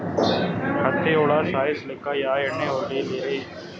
ಹತ್ತಿ ಹುಳ ಸಾಯ್ಸಲ್ಲಿಕ್ಕಿ ಯಾ ಎಣ್ಣಿ ಹೊಡಿಲಿರಿ?